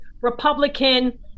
Republican